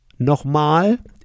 Nochmal